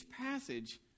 passage